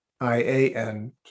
I-A-N